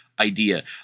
idea